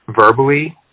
verbally